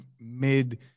mid